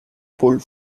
pulled